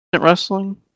wrestling